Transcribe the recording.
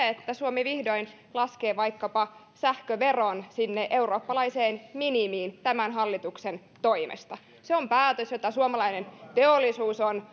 että suomi vihdoin laskee sähköveron sinne eurooppalaiseen minimiin tämän hallituksen toimesta on päätös jota suomalainen teollisuus on